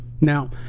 Now